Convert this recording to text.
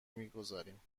میگذاریم